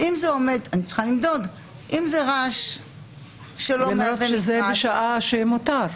אני צריכה למדוד --- למרות שזה בשעה שמותר?